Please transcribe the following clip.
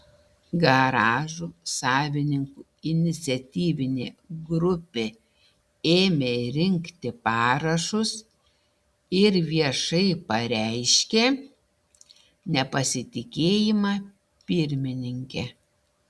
garažų savininkų iniciatyvinė grupė ėmė rinkti parašus ir viešai pareiškė nepasitikėjimą pirmininke